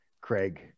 Craig